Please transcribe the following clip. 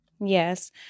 Yes